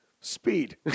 Speed